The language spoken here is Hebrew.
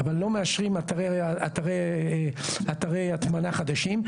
אבל לא מאשרים אתרי הטמנה חדשים.